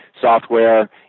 software